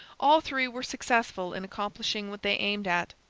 all three were successful in accomplishing what they aimed at,